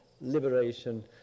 liberation